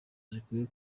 zikwiye